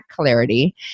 clarity